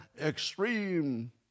extreme